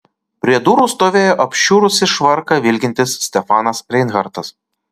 prie durų stovėjo apšiurusį švarką vilkintis stefanas reinhartas